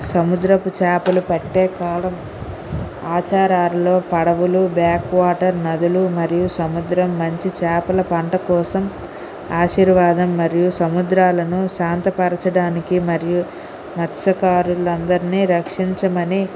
సముద్రపు చేపలు పట్టే కాలం ఆచారాల్లో పడవలు బ్యాక్ వాటర్ నదులు మరియు సముద్రం మంచి చాపల పంట కోసం ఆశీర్వాదం మరియు సముద్రాలను శాంతపరచడానికి మరియు మత్స్యకారులందర్నీ రక్షించమని